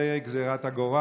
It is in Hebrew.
זו גזרת גורל,